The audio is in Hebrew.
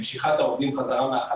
מכיוון שהמגזר שלנו הוא around the clock,